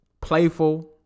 playful